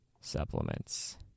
supplements